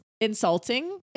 insulting